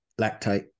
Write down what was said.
lactate